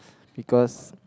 because